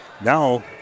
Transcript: Now